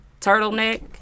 turtleneck